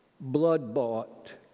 blood-bought